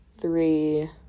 three